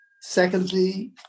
secondly